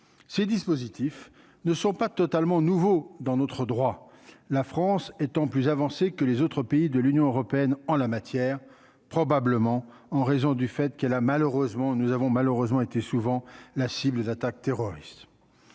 ces dispositifs ne sont pas totalement nouveaux dans notre droit la France étant plus avancé que les autres pays de l'Union européenne en la matière, probablement en raison du fait qu'elle a malheureusement nous avons malheureusement été souvent la cible d'attaques terroristes,